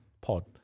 Pod